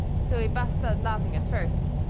so he busts out laughing at first,